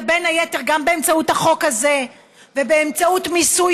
בין היתר גם באמצעות החוק הזה ובאמצעות מיסוי,